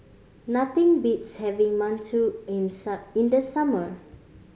nothing beats having mantou in in the summer